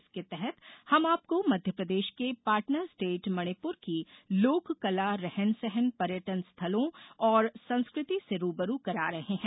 इसके तहत हम आपको मध्यप्रदेश के पार्टनर स्टेट मणिपुर की लोककला रहन सहन पर्यटन स्थलों और संस्कृति से रू ब रू करा रहे हैं